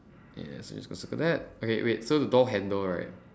yeah so we supposed to circle that okay wait so the door handle right